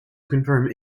confirm